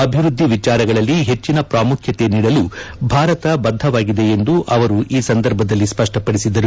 ಅಭಿವೃದ್ದಿ ವಿಚಾರಗಳಲ್ಲಿ ಹೆಚ್ಚಿನ ಪ್ರಾಮುಖ್ಯತೆ ನೀಡಲು ಭಾರತ ಬದ್ದವಾಗಿದೆ ಎಂದು ಅವರು ಈ ಸಂದರ್ಭದಲ್ಲಿ ಸ್ಪಷ್ವಪಡಿಸಿದರು